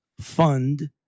fund